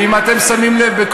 ואם אתם שמים לב,